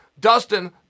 Dustin